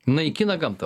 naikina gamtą